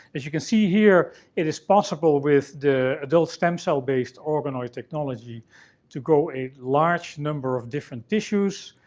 as you can see here, it is possible with the adult stem cell-based organoid technology to grow a large number of different tissues.